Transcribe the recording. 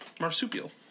Marsupial